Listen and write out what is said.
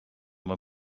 when